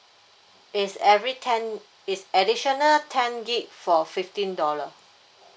is every ten is additional ten gig for fifteen dollar